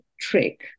trick